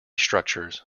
structures